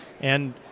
And-